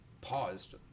paused